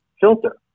filter